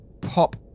pop